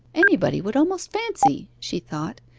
anybody would almost fancy she thought,